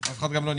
אף אחד לא נמנע.